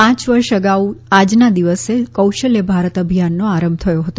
પાંચ વર્ષ અગાઉ આજના દિવસે કૌશલ્ય ભારત અભિયાનનો આરંભ થયો હતો